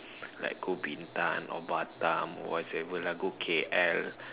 like go Bintan or Batam whatsoever lah go K_L